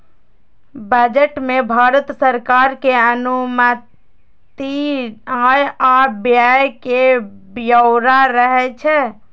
budget मे भारत सरकार के अनुमानित आय आ व्यय के ब्यौरा रहै छै